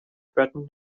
threaten